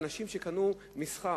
אנשים שקנו שטחי מסחר,